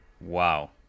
Wow